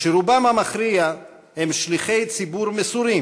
שרובם המכריע הם שליחי ציבור מסורים,